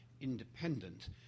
independent